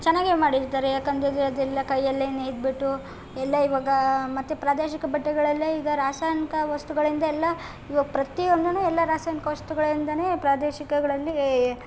ಚೆನ್ನಾಗೆ ಮಾಡಿರ್ತಾರೆ ಯಾಕಂತಂದರೆ ಅದೆಲ್ಲ ಕೈಯಲ್ಲೆ ನೇಯಿದ್ಬಿಟ್ಟು ಎಲ್ಲ ಇವಾಗ ಮತ್ತು ಪ್ರಾದೇಶಿಕ ಬಟ್ಟೆಗಳಲ್ಲೇ ಈಗ ರಾಸಾಯನಿಕ ವಸ್ತುಗಳಿಂದೆಲ್ಲ ಇವಾಗ ಪ್ರತಿಯೊಂದುನೂ ಎಲ್ಲ ರಾಸಾಯನಿಕ ವಸ್ತುಗಳಿಂದಲೇ ಪ್ರಾದೇಶಿಕಗಳಲ್ಲೀ